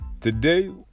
Today